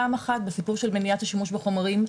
פעם אחת במניעה של השימוש בחומרים,